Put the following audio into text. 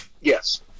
Yes